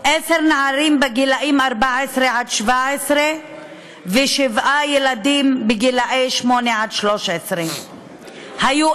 עשרה נערים בגיל 14 17 ושבעה ילדים בגיל 8 13. היו